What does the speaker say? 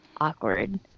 awkward